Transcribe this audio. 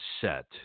set